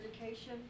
education